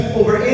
over